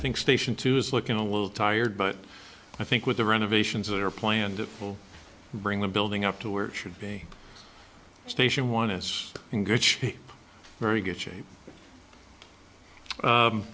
think station two is looking a little tired but i think with the renovations that are planned it will bring the building up to where it should be station one is in good shape very good shape